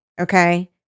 okay